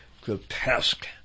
grotesque